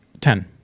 Ten